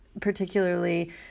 particularly